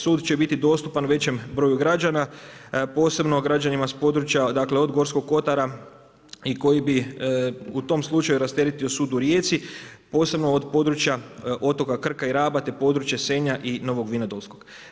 Sud će biti dostupan većem broju građana, posebno građana s područja, dakle, od Gorskog kotara i koji bi u tom slučaju rasteretio sud u Rijeci, posebno od područja otoka Krka i Raba te područje Senja i Novog Vinodolskog.